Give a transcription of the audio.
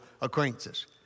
acquaintances